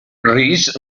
rich